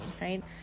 right